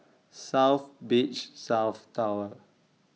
South Beach South Tower